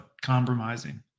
compromising